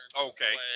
Okay